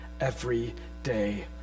everyday